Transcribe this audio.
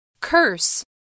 Curse